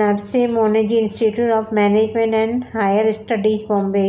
Narsee Monjee institution of management and higher studies Bombay